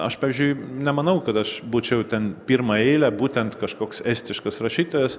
aš pavyzdžiui nemanau kad aš būčiau ten pirmą eilę būtent kažkoks estiškas rašytojas